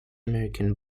american